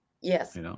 Yes